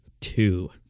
two